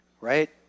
right